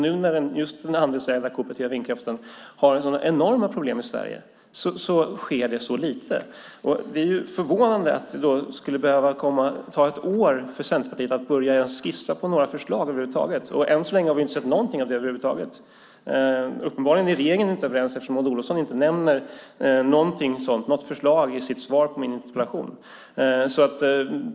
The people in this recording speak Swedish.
Nu när den andelsägda vindkraften har enorma problem i Sverige sker mycket lite. Det är förvånande att det ska behöva ta ett år för Centerpartiet att ens börja skissa på några förslag. Än så länge har vi inte sett någonting av det. Uppenbarligen är regeringen inte överens eftersom Maud Olofsson inte tar upp några förslag i sitt svar på min interpellation.